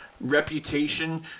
reputation